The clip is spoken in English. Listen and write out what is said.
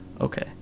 Okay